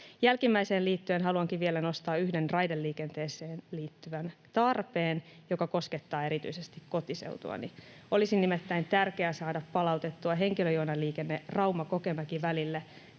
Jälkimmäiseen liittyen haluankin vielä nostaa yhden raideliikenteeseen liittyvän tarpeen, joka koskettaa erityisesti kotiseutuani. Olisi nimittäin tärkeää saada palautettua henkilöjunaliikenne Rauma—Kokemäki-välille.